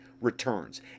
returns